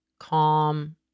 calm